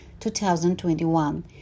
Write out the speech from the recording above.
2021